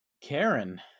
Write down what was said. Karen